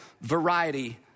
variety